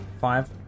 Five